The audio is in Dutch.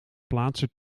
plaatsen